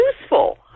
useful